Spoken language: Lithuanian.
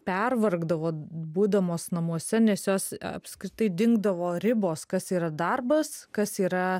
pervargdavo būdamos namuose nes jos apskritai dingdavo ribos kas yra darbas kas yra